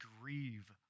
grieve